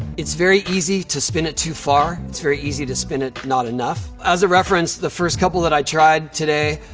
it's very easy to spin it too far. it's very easy to spin it not enough. as a reference, the first couple that i tried today,